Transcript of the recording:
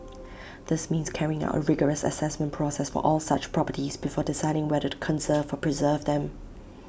this means carrying out A rigorous Assessment process for all such properties before deciding whether to conserve or preserve them